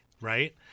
right